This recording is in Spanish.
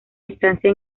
instancia